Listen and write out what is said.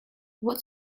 what